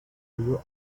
you